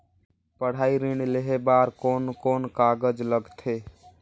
पढ़ाई ऋण लेहे बार कोन कोन कागज लगथे?